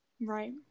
right